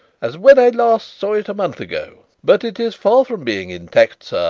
as when i last saw it a month ago. but it is far from being intact, sir!